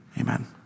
amen